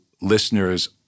listeners